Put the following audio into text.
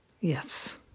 Yes